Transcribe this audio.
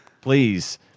Please